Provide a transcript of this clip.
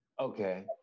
Okay